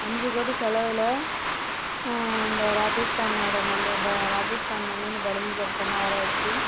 அஞ்சு கோடி செலவில் இந்த ராஜஸ்தானோட ராஜஸ்தான்லேருந்து பளிங்கி கற்கள்லாம் வர வச்சு